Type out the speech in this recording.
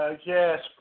Yes